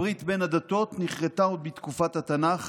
הברית בין הדתות נכרתה עוד בתקופת התנ"ך